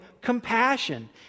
compassion